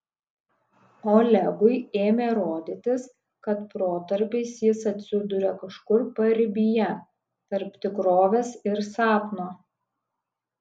olegui ėmė rodytis kad protarpiais jis atsiduria kažkur paribyje tarp tikrovės ir sapno